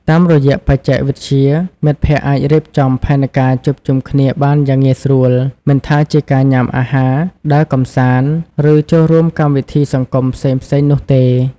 តាមរយៈបច្ចេកវិទ្យា មិត្តភ័ក្តិអាចរៀបចំផែនការជួបជុំគ្នាបានយ៉ាងងាយស្រួល មិនថាជាការញ៉ាំអាហារ ដើរកម្សាន្ត ឬចូលរួមកម្មវិធីសង្គមផ្សេងៗនោះទេ ។